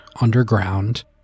underground